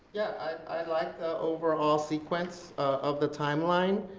yeah, i like the overall sequence of the timeline.